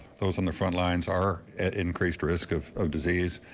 those on the front lines are at increased risk of of disease.